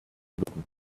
würden